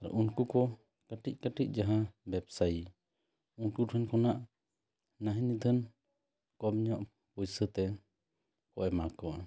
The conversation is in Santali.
ᱩᱱᱠᱩ ᱠᱚ ᱠᱟᱹᱴᱤᱡ ᱠᱟᱹᱴᱤᱡ ᱡᱟᱦᱟᱸ ᱵᱮᱵᱥᱟᱭᱤ ᱩᱱᱠᱩ ᱴᱷᱮᱱ ᱠᱷᱚᱱᱟᱜ ᱱᱟᱹᱦᱤ ᱱᱤᱫᱷᱟᱹᱱ ᱠᱚᱢ ᱧᱚᱜ ᱯᱩᱭᱥᱟᱹ ᱛᱮ ᱠᱚ ᱮᱢᱟ ᱠᱚᱣᱟ